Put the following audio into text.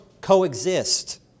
coexist